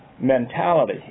mentality